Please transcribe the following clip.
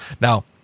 Now